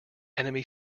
enemy